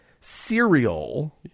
cereal